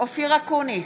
אופיר אקוניס,